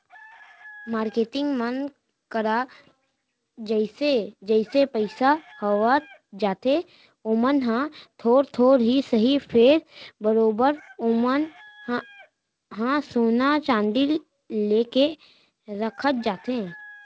marketing मन करा जइसे जइसे पइसा होवत जाथे ओमन ह थोर थोर ही सही फेर बरोबर ओमन ह सोना चांदी लेके रखत जाथे